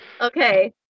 Okay